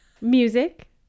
music